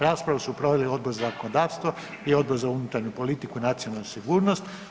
Raspravu su proveli Odbor za zakonodavstvo i Odbor za unutarnju politiku i nacionalnu sigurnost.